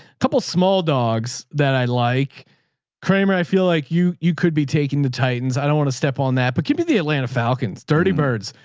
couple of small dogs that i like kramer. i like you. you could be taking the titans. i don't want to step on that. but keeping the atlanta falcons thirty birds,